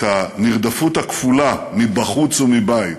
את הנרדפות הכפולה, מבחוץ ומבית,